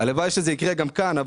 הלוואי שזה יקרה גם כאן.